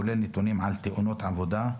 כולל נתונים על תאונות עבודה.